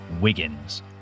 Wiggins